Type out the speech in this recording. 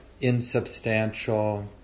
insubstantial